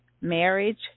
marriage